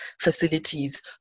facilities